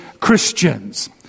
Christians